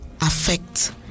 affect